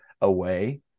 away